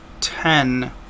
Ten